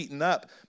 up